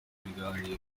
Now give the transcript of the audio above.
ibiganiro